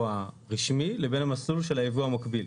הרשמי לבין המסלול של היבוא המקביל.